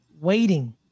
waiting